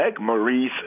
Maurice